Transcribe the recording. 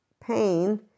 pain